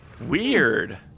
Weird